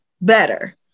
better